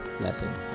Blessings